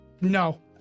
No